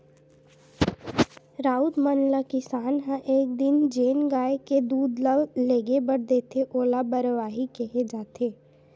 राउत मन ल किसान ह एक दिन जेन गाय के दूद ल लेगे बर देथे ओला बरवाही केहे जाथे